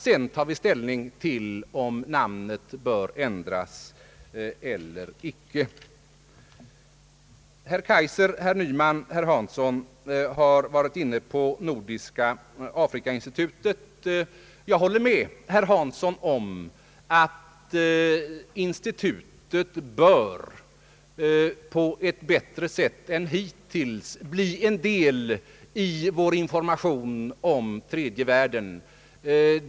Sedan tar vi ställning till om namnet bör ändras eller ej. Herrar Kaijser, Nyman och Hansson har varit inne på frågan om det Nordiska afrikainstitutet. Jag håller med herr Hansson om att institutet på ett bättre sätt än hittills bör bli en del i vår information om den tredje världen.